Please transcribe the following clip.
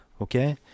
okay